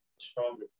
stronger